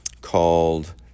called